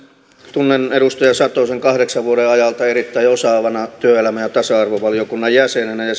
tunnen edustaja satosen kahdeksan vuoden ajalta erittäin osaavana työelämä ja ja tasa arvovaliokunnan jäsenenä ja